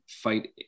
fight